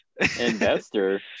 Investor